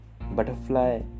butterfly